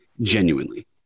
genuinely